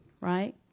right